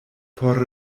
por